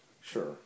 sure